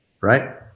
right